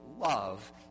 love